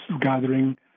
gathering